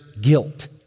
guilt